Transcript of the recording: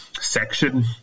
section